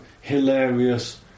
hilarious